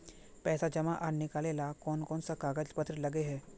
पैसा जमा आर निकाले ला कोन कोन सा कागज पत्र लगे है?